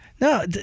No